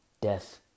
Death